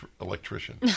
electrician